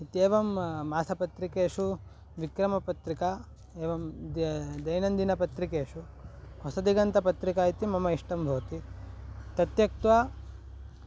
इत्येवं मासपत्रिकेषु विक्रमपत्रिका एवं दैनन्दिनपत्रिकेषु होसदिगन्तपत्रिका इति मम इष्टं भवति तत्यक्त्वा